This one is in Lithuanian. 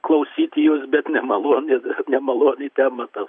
klausyti jus bet nemaloni nemaloni tema ta